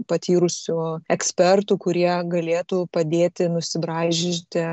patyrusių ekspertų kurie galėtų padėti nusibraižyti